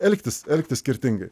elgtis elgtis skirtingai